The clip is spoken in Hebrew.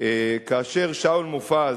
כאשר שאול מופז